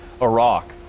Iraq